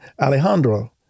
Alejandro